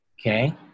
Okay